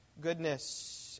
goodness